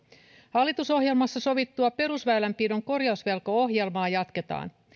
hallitusohjelmassa sovittua perusväylänpidon korjausvelkaohjelmaa jatketaan